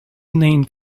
named